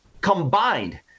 combined